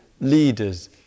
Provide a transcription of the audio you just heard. leaders